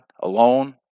alone